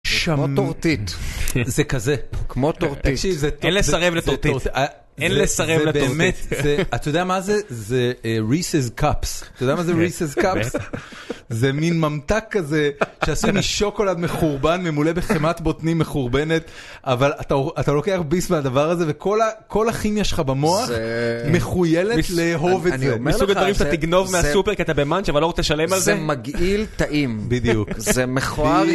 כמו טורטית, זה כזה, כמו טורטית, אין לסרב לטורטית, אין לסרב לטורטית, זה באמת, אתה יודע מה זה? זה ריסס קאפס, אתה יודע מה זה ריסס קאפס? זה מין ממתק כזה, שעשוי משוקולד מחורבן ממולא בחמאת בוטנים מחורבנת, אבל אתה לוקח ביס מהדבר הזה וכל הכימיה שלך במוח, מכויילת לאהוב את זה, מסוג הדברים אתה תגנוב מהסופר כי אתה במאנצ' אבל לא רוצה לשלם על זה, זה מגעיל טעים, בדיוק, זה מכוער יפה,